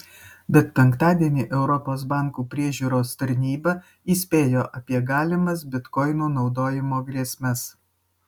bet penktadienį europos bankų priežiūros tarnyba įspėjo apie galimas bitkoinų naudojimo grėsmes